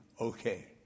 okay